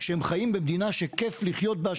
שהם חיים במדינה שכי לחיות בה,